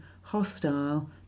hostile